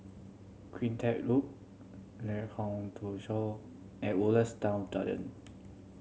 Cleantech Loop Lengkok Tujoh and Woodlands Town Garden